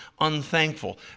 unthankful